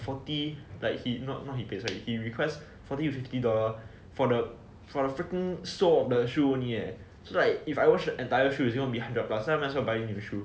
forty like he's not not he pay sorry he request forty to fifty dollar for the for the frigging sole for shoe only leh if I wash the entire shoe it is going to be hundred plus then might as well I go buy a new shoe